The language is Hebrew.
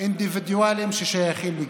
אינדיבידואלים ששייכים לקבוצה,